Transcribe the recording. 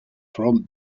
from